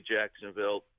Jacksonville